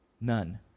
None